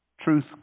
Truth